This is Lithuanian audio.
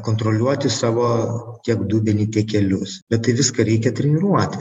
kontroliuoti savo tiek dubenį tiek kelius bet tai viską reikia treniruoti